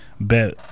bet